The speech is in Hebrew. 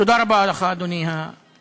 תודה רבה לך, אדוני היושב-ראש.